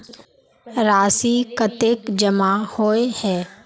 राशि कतेक जमा होय है?